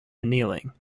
annealing